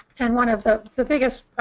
and one of the the biggest